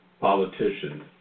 politicians